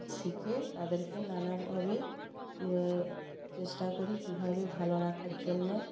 শিখে তাদেরকে নানাভাবে চেষ্টা করি কীভাবে ভালো রাখার জন্য